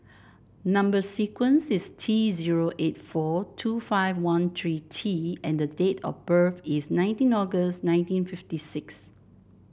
number sequence is T zero eight four two five one three T and date of birth is nineteen August nineteen fifty six